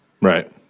Right